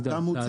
אתה מוציא?